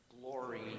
glory